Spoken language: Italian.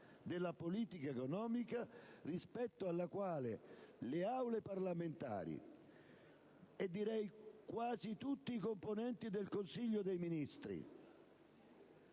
della politica economica, rispetto alla quale le Aule parlamentari, e direi quasi tutti i componenti del Consiglio dei ministri,